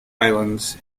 islands